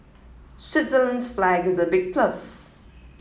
Switzerland's flag is a big plus